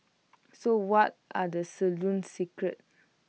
so what are the salon's secrets